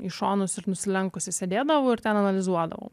į šonus ir nusilenkusi sėdėdavau ir ten analizuodavau